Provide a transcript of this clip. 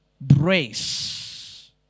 brace